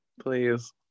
Please